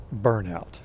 burnout